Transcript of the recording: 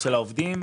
שהייתה.